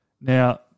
Now